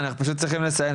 אנחנו צריכים לסיים,